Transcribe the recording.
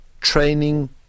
training